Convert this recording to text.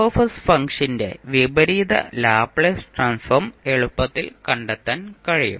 F ഫംഗ്ഷന്റെ വിപരീത Laplace transform എളുപ്പത്തിൽ കണ്ടെത്താൻ കഴിയും